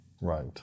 Right